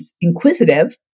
inquisitive